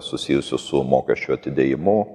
susijusių su mokesčių atidėjimu